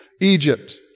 Egypt